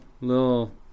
little